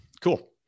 Cool